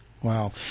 Wow